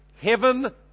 Heaven